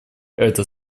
это